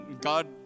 God